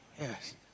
Yes